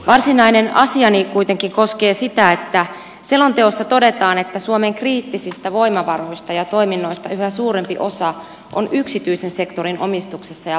varsinainen asiani kuitenkin koskee sitä että selonteossa todetaan että suomen kriittisistä voimavaroista ja toiminnoista yhä suurempi osa on yksityisen sektorin omistuksessa ja vastuulla